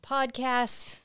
Podcast